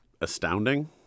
astounding